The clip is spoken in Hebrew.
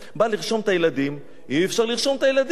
בא לרשום את הילדים, אי-אפשר לרשום את הילדים.